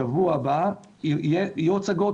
שבוע הבא יהיו הצגות.